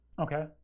Okay